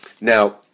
Now